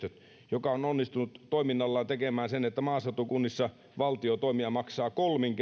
joka on onnistunut toiminnallaan tekemään sen että maaseutukunnissa valtiotoimija maksaa